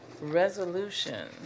Resolution